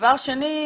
דבר שני,